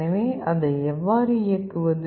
எனவே அதை எவ்வாறு இயக்குவது